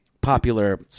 popular